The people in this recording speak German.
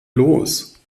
los